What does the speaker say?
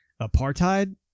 apartheid